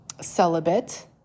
celibate